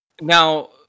Now